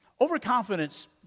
Overconfidence